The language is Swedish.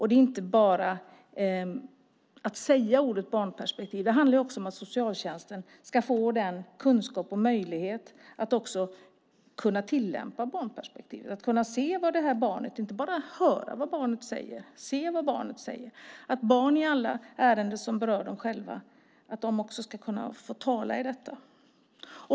Det är inte bara att säga ordet barnperspektiv. Det handlar också om att socialtjänsten ska få kunskap om och ha möjlighet att tillämpa barnperspektivet, att kunna se och höra vad barnet säger. Barn i alla ärenden som berör dem själva ska få tala.